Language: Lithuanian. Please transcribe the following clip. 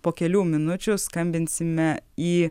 po kelių minučių skambinsime į